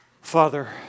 Father